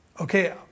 okay